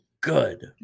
good